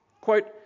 Quote